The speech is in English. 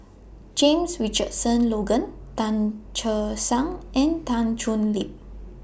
James Richardson Logan Tan Che Sang and Tan Thoon Lip